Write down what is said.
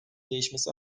değişmesi